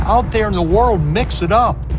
out there in the world, mix it up.